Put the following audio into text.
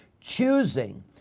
choosing